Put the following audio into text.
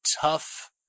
tough